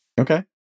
Okay